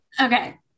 Okay